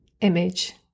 image